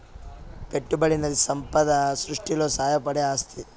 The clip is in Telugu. పెట్టుబడనేది సంపద సృష్టిలో సాయపడే ఆస్తి